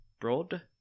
broad